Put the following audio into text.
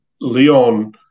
Leon